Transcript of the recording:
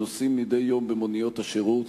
שנוסעים מדי יום במוניות השירות.